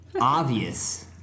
Obvious